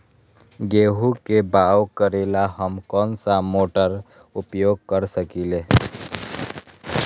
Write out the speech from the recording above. गेंहू के बाओ करेला हम कौन सा मोटर उपयोग कर सकींले?